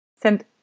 send